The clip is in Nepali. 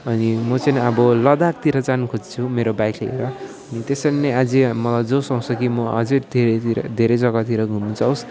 अनि म चाहिँ अब लद्दाखतिर जानु खोज्छु मेरो बाइक लिएर अनि त्यसरी नै अझै आम्म जोस् आउँछ कि म अझै त्यतैतिर धेरै जग्गातिर घुम्नु जाओस्